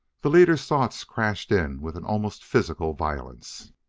the leader's thoughts crashed in with an almost physical violence